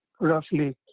roughly